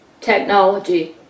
technology